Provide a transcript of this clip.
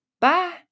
bye